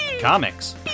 comics